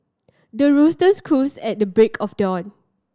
the roosters crows at the break of dawn